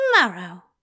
Tomorrow